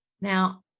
Now